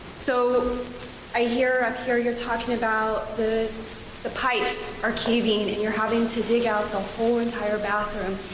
so i hear up here you're talking about the the pipes are caving and you're having to dig out the whole entire bathroom,